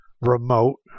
remote